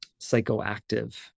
psychoactive